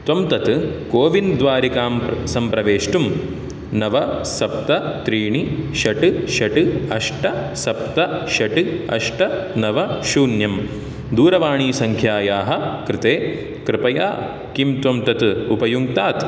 त्वं तत् कोविन् द्वारिकां सम् सम्प्रवेष्टुं नव सप्त त्रीणि षट् षट् अष्ट सप्त षट् अष्ट नव शून्यं दूरवाणी संख्यायाः कृते कृपया किं त्वं तत् उपयुक्ङ्तात्